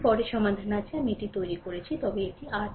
পরে সমাধান আছে পরে আমি এটি তৈরি করেছি তবে এটি RThevenin